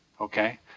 okay